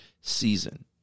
season